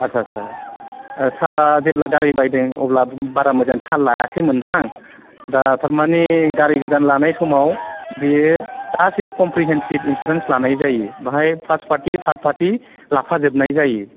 आटसा आटसा सारआ जेब्ला गारि बायदों अब्ला बारा मोजाङै थाल लायाखै मोनदां दा थारमानि गारि गोदान लानाय समाव बेयो गासिबो कमप्रिहिनसिभ इन्सुरेन्स लानाय जायो बाहाय फास्ट पार्टि थार्ड पार्टि लाफाजोबनाय जायो